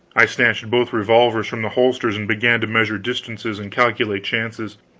i snatched both revolvers from the holsters and began to measure distances and calculate chances.